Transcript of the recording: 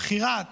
(בחירת